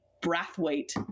Brathwaite